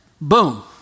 Boom